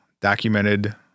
documented